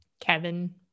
Kevin